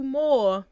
more